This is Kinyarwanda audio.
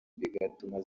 bigatuma